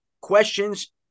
questions